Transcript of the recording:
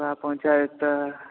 आओर पहुँचायत तऽ